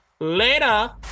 Later